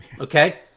okay